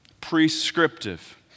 Prescriptive